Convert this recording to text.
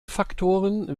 faktoren